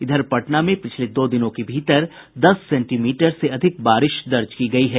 इधर पटना में पिछले दो दिनों के भीतर दस सेंटीमीटर से अधिक बारिश दर्ज की गयी है